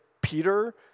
Peter